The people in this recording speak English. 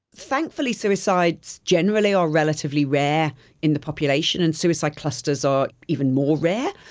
thankfully suicides generally are relatively rare in the population, and suicide clusters are even more rare.